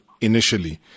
initially